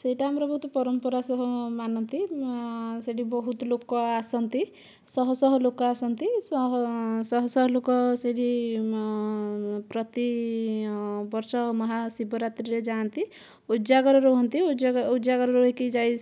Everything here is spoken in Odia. ସେହିଟା ଆମର ବହୁତ ପରମ୍ପରା ସହ ମାନନ୍ତି ସେହିଠି ବହୁତ ଲୋକ ଆସନ୍ତି ଶହ ଶହ ଲୋକ ଆସନ୍ତି ଶହ ଶହ ଶହ ଲୋକ ପ୍ରତି ବର୍ଷ ମହା ଶିବରାତ୍ରିରେ ଯାଆନ୍ତି ଉଜାଗର ରହନ୍ତି ଉଜାଗର ରହିକି ଯାଇ